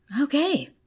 Okay